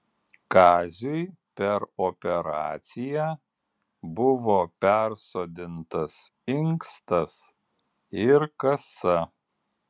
kaziui per operaciją buvo persodintas inkstas ir kasa